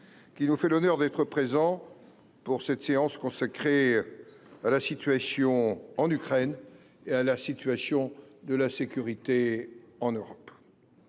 qui nous fait l’honneur d’être présent pour cette séance consacrée à la situation en Ukraine et à la sécurité en Europe.